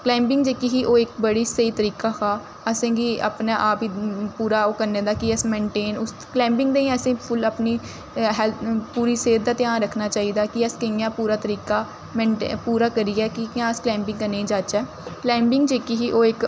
climbing जेह्की ही ओह् इक बड़ी स्हेई तरीका हा असें गी अपनें आप गी पूरा ओह् करने दा कि अस मेंटेन उस क्लाइंबिंग दा गै असें फुल्ल अपनी हैल्थ पूरी सेह्त दा ध्यान रक्खना चाहिदा कि अस कि'यां पूरा तरीका मेनटे पूरा करियै कि कि'यां अस क्लाइंबिंग करने गी जाचै क्लाइंबिंग जेह्की ही ओह्